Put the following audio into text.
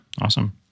awesome